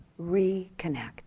reconnect